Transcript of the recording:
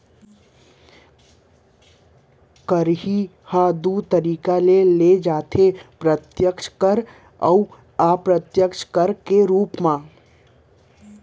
कर ह दू तरीका ले लेय जाथे प्रत्यक्छ कर अउ अप्रत्यक्छ कर के रूप म